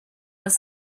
was